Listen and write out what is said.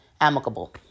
amicable